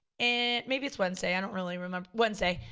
and maybe it's wednesday, i don't really remember, wednesday,